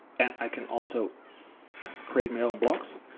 and i can also create my own blocks.